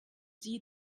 sie